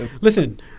Listen